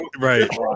right